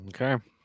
Okay